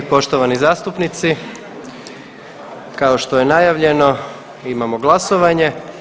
poštovani zastupnici, kao što je najavljeno imamo glasovanje.